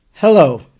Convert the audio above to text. Hello